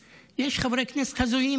ויש גם חברי כנסת הזויים